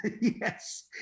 Yes